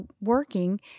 working